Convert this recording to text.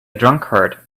drunkard